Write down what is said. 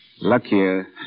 Luckier